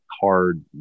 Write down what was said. hard